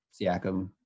Siakam